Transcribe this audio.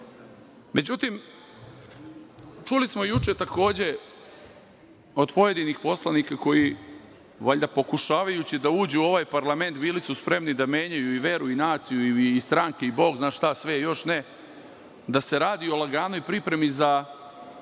čuli smo juče, takođe, od pojedinih poslanika, koji valjda, pokušavajući da uđu u ovaj parlament, bili su spremni da menjaju i veru i naciju i stranke i Bog zna šta sve ne, da se radi o laganoj pripremi za